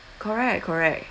correct correct